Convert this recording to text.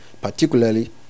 particularly